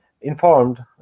informed